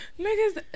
Niggas